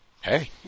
hey